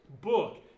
book